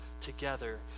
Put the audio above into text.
together